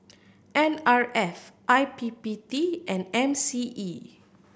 N R F I P P T and M C E